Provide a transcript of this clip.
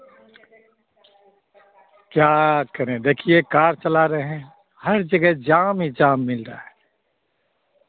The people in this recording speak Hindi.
क्या करें देखिए कार चला रहे हैं हर जगह जाम ही जाम मिल रहा है